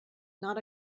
not